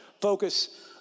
focus